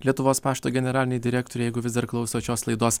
lietuvos pašto generalinei direktorei jeigu vis dar klausot šios laidos